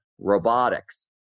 robotics